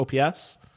ops